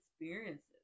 experiences